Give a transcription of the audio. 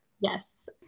Yes